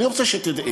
אני רוצה שתדעי,